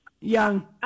Young